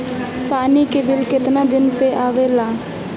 पानी के बिल केतना दिन पर आबे ला?